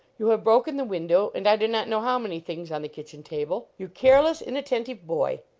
you have broken the window, and i do not know how many things on the kitchen table. you careless, inattentive boy.